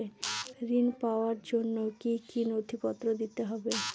ঋণ পাবার জন্য কি কী নথিপত্র দিতে হবে?